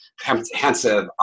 comprehensive